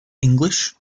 english